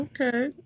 Okay